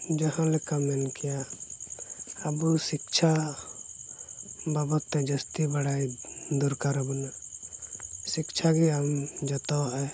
ᱡᱟᱦᱟᱸ ᱞᱮᱠᱟᱱ ᱢᱮᱱ ᱠᱮᱭᱟ ᱟᱵᱚ ᱥᱤᱪᱪᱷᱟ ᱵᱟᱵᱚᱫ ᱛᱮ ᱟᱵᱚ ᱡᱟᱹᱥᱛᱤ ᱵᱟᱲᱟᱭ ᱫᱚᱨᱠᱟᱨ ᱟᱵᱚᱱᱟ ᱥᱤᱪᱪᱷᱟ ᱜᱮ ᱟᱢ ᱡᱚᱛᱚᱣᱟᱜ ᱮ